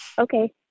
okay